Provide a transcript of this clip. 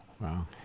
Wow